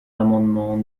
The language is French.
l’amendement